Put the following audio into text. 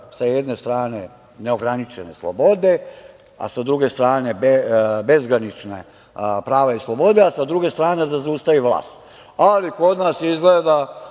sa jedne strane, neograničene slobode, sa druge strane bezgranična prava i slobode, a sa druge strane da zaustavi vlast. Ali, kod nas izgleda